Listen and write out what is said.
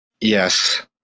yes